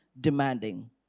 demanding